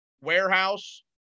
warehouse